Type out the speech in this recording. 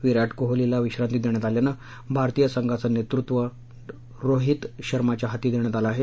विराट कोहलीला विश्रांती देण्यात आल्यानं भारतीय संघाचं नेतृत्व रोहित शर्माच्या हाती देण्यात आलं आहे